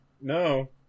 No